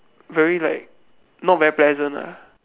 very like not very pleasant ah